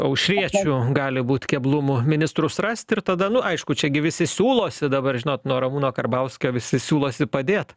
aušriečių gali būt keblumų ministrus rast ir tada nu aišku čia gi visi siūlosi dabar žinot nuo ramūno karbauskio visi siūlosi padėt